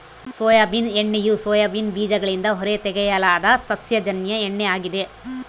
soybean ಎಣ್ಣೆಯು soybean ಬೀಜಗಳಿಂದ ಹೊರತೆಗೆಯಲಾದ ಸಸ್ಯಜನ್ಯ ಎಣ್ಣೆ ಆಗಿದೆ